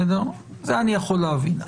זה אני יכול להבין.